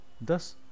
thus